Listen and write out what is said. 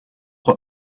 what